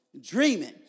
Dreaming